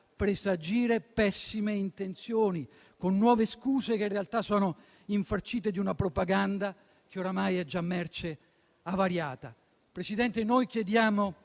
presagire pessime intenzioni, con nuove scuse che in realtà sono infarcite di una propaganda che oramai è già merce avariata. Signor Presidente, chiediamo